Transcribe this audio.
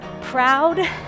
Proud